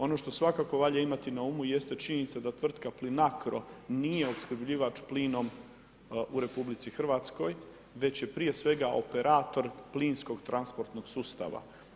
Ono što svakako valja imati na umu jeste činjenica da tvrtka Plinacro nije opskrbljivač plinom u RH već je prije svega operator plinskog transportnog sustava.